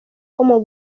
como